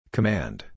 Command